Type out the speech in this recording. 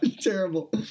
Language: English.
terrible